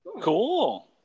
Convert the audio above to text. cool